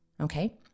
Okay